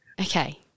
Okay